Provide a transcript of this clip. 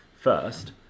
first